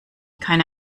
keine